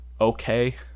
okay